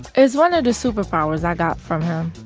it's one of the superpowers i got from him.